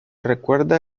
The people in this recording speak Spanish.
recuerda